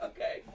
Okay